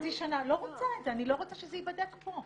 חצי שנה, לא רוצה את זה, לא רוצה שזה ייבדק פה.